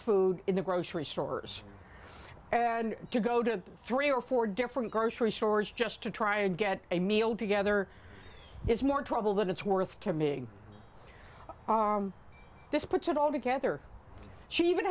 food in the grocery store to go to three or four different grocery stores just to try and get a meal together is more trouble than it's worth to me this puts it all together she even